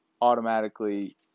automatically